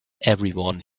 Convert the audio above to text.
everyone